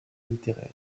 littéraires